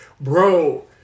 Bro